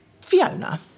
Fiona